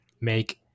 make